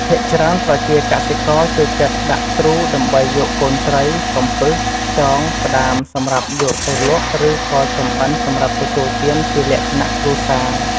ភាគច្រើនប្រជាកសិករចូលចិត្តដាក់ទ្រូដើម្បីយកកូនត្រី កំពឹស ខ្យង ក្តាមសម្រាប់យកទៅលក់ឬក៏ចម្អិនសម្រាប់ទទួលទានជាលក្ខណៈគ្រួសារ។